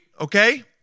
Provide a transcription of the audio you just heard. okay